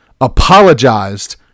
apologized